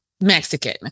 Mexican